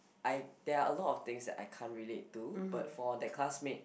I there are a lot of things that I can't relate to but for that classmate